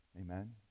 Amen